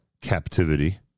captivity